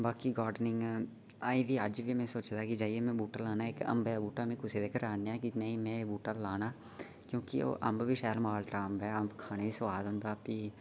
बाकी गॉर्डनिंग अजें अज्ज बी में सोचा दा हा कि जाइयै में बूह्टा लाना इक अम्बै दा बूह्टा लाना कुसै दे घरा दा आह्नेआ दा मं लाना अम्ब बी शैल मालटा खाने गी बी सुआद होंदा